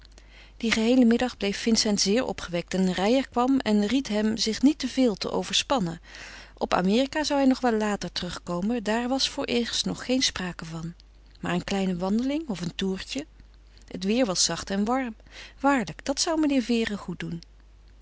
dien geheelen middag bleef vincent zeer opgewekt en reijer kwam en ried hem zich niet te veel te overspannen op amerika zou hij nog wel later terugkomen daar was vooreerst nog geen sprake van maar een kleine wandeling of een toertje het weêr was zacht en warm waarlijk dat zou meneer vere goed doen